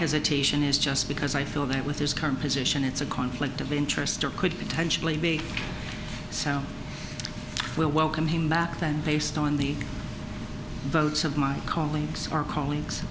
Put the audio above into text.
hesitation is just because i feel that with his current position it's a conflict of interest or could potentially be sound we'll welcome him back then based on the votes of my colleagues our colleagues